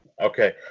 Okay